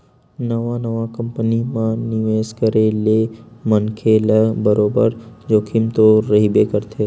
नवा नवा कंपनी म निवेस करे ले मनखे ल बरोबर जोखिम तो रहिबे करथे